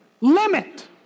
limit